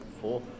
Four